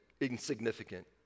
insignificant